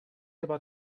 about